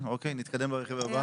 נתקדם לרכיב הבא.